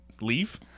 leave